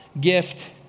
gift